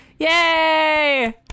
Yay